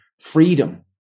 freedom